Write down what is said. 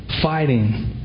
fighting